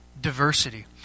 diversity